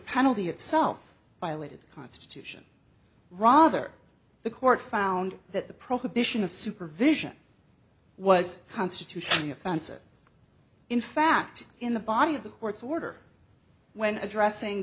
penalty itself by lated constitution rather the court found that the prohibition of supervision was constitutionally offensive in fact in the body of the court's order when addressing